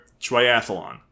triathlon